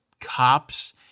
cops